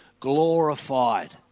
Glorified